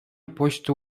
почта